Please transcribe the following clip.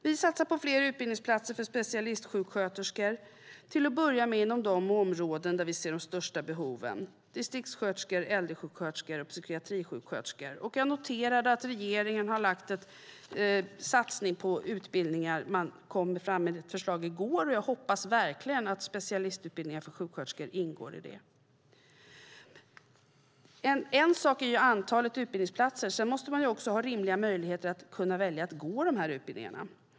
Vi satsar på fler utbildningsplatser för specialistsjuksköterskor, till att börja med inom de områden där vi ser de största behoven - distriktssköterskor, äldresjuksköterskor och psykiatrisjuksköterskor. Jag noterade att regeringen har lagt fram en satsning på utbildningar; man kom fram med ett förslag i går. Jag hoppas verkligen att specialistutbildningar för sjuksköterskor ingår i det. En sak är antalet utbildningsplatser; sedan måste människor också ha rimliga möjligheter att gå utbildningarna.